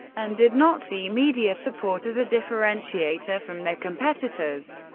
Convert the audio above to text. and did not see media support as a differentiator from their competitors.